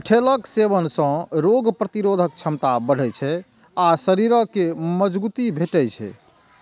चठैलक सेवन सं रोग प्रतिरोधक क्षमता बढ़ै छै आ शरीर कें मजगूती भेटै छै